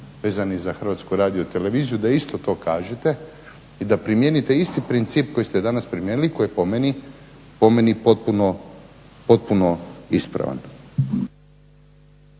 vezanim za HRT da isto to kažete i da primijenite isti princip koji ste danas primijenili koji je po meni potpuno ispravan.